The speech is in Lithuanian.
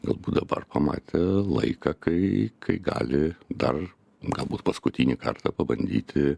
galbūt dabar pamatė laiką kai kai gali dar galbūt paskutinį kartą pabandyti